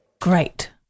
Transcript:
Great